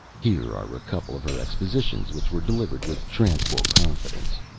here are a couple of her expositions which were delivered with tranquil confidence